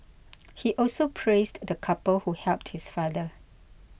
he also praised the couple who helped his father